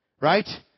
Right